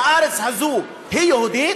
הארץ הזאת היא יהודית.